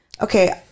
okay